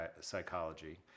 psychology